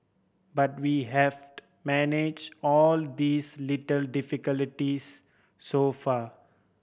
but we have manage all these little difficulties so far